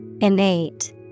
Innate